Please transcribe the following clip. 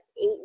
eight